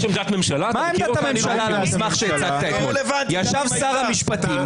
ישב שר המשפטים.